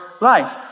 life